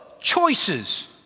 choices